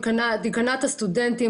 דיקנאט הסטודנטים,